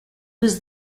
was